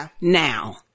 now